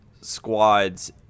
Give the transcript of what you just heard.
squads